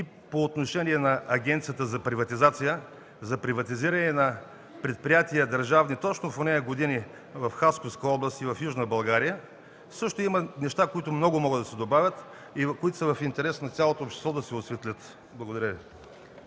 и по отношение на Агенцията за приватизация за приватизиране на държавни предприятия точно в онези години в Хасковска област и в Южна България – има много неща, които могат да се добавят и е в интерес на цялото общество да се осветлят. Благодаря Ви.